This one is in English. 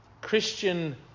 Christian